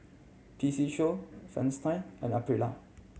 P C Show Fristine and Aprilia